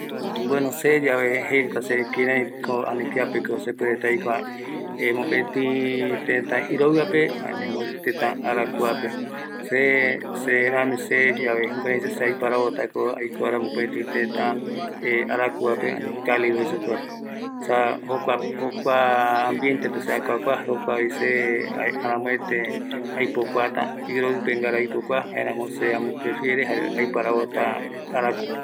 Seve yave jeireta kïräiko, kiapeko sekïreï aikotava, mopëtï tëtä iroivape, ani möpëtï tëtä araku vape, se, se yave se aiporavotako mopëetï tëtä arakuvape ani cálido jei supeva, kuaa jokua ambientepe se akuakua, jokuavi se arämoëtë aipokuata, iroïpe ngara aipokua, jaeramo se ambo prefiere jare se aiparavota araku.